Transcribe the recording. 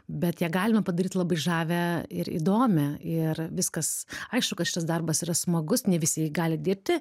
bet ją galima padaryt labai žavią ir įdomią ir viskas aišku kad šitas darbas yra smagus ne visi jį gali dirbti